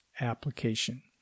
application